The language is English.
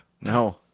No